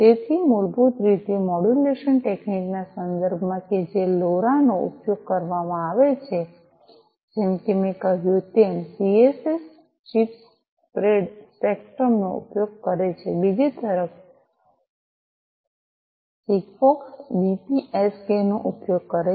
તેથી મૂળભૂત રીતે મોડ્યુલેશન ટેકનીક ના સંદર્ભમાં કે જે લોરા નો ઉપયોગ કરવામાં આવે છે જેમ કે મેં કહ્યું તેમ સીએસએસ ચીપ સ્પ્રેડ સ્પેક્ટ્રમ નો ઉપયોગ કરે છે બીજી તરફ સિગફોક્સ બીપીએસકે નો ઉપયોગ કરે છે